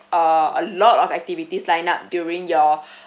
uh a lot of activities lined up during your